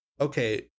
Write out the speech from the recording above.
okay